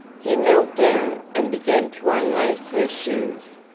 he knelt down and began to unlace her shoes,